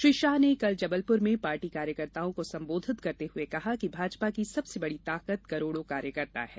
श्री शाह ने कल जबलपुर में पार्टी कार्यकर्ताओं को संबोधित करते हुए कहा कि भाजपा की सबसे बड़ी ताकत करोड़ों कार्यकर्ता हैं